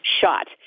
shot